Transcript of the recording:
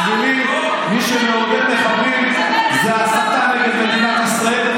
בשבילי מי שמעודד מחבלים זו הסתה נגד מדינת ישראל.